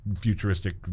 futuristic